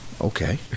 okay